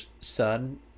son